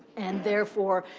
and therefore,